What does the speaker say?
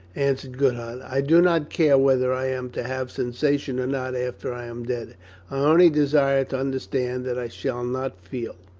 answered goodhart i do not care whether i am to have sensation or not after i am dead. i only desire to understand that i shall not feel.